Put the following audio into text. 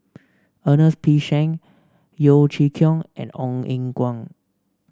Ernest P Shank Yeo Chee Kiong and Ong Eng Guan